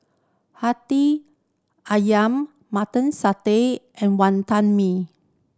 Hati Ayam Mutton Satay and Wantan Mee